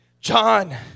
John